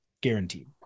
Guaranteed